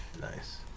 Nice